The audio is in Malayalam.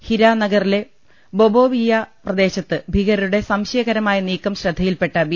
ഹിര നഗറിലെ ബൊബോയിയ പ്രദേശത്ത് ഭീകകരുടെ സംശയകരമായ നീക്കം ശ്രദ്ധയിൽപ്പെട്ട ബി